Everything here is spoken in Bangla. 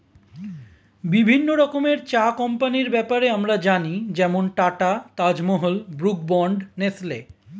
বিভিন্ন রকমের চা কোম্পানির ব্যাপারে আমরা জানি যেমন Tata, Taj Mahal, Brooke Bond, Nestle